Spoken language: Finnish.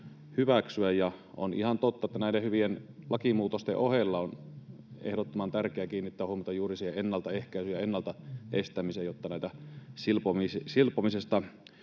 On ihan totta, että näiden hyvien lakimuutosten ohella on ehdottoman tärkeää kiinnittää huomiota juuri siihen ennaltaehkäisyyn ja ennalta estämiseen, jotta näitä silpomisesta